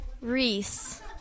Reese